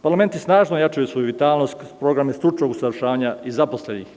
Parlamenti snažno jačaju svoju vitalnost kroz programe stručnog usavršavanja i zaposlenih.